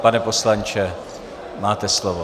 Pane poslanče, máte slovo.